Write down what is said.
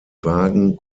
wagen